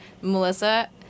Melissa